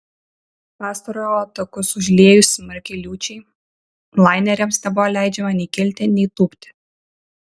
pastarojo takus užliejus smarkiai liūčiai laineriams nebuvo leidžiama nei kilti nei tūpti